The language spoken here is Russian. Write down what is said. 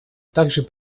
также